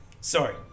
Sorry